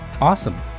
Awesome